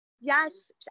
Yes